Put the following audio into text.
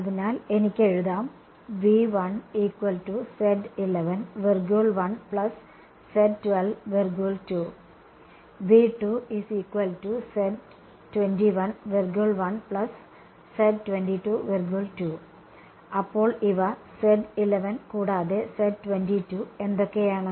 അതിനാൽ എനിക്ക് എഴുതാം അപ്പോൾ ഇവ കൂടാതെ എന്തൊക്കെയാണ്